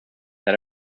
that